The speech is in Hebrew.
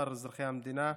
שאר אזרחי המדינה.